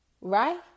right